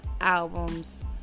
albums